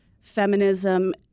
feminism